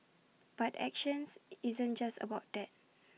but action isn't just about that